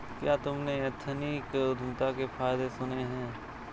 क्या तुमने एथनिक उद्यमिता के फायदे सुने हैं?